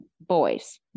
boys